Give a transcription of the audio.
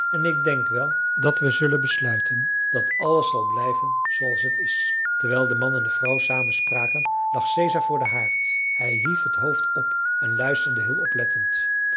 en ik denk wel dat we zullen besluiten dat alles zal blijven zooals het is terwijl de man en vrouw samen spraken lag caesar voor den haard hij hief het hoofd op en luisterde heel oplettend